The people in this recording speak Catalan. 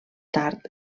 tard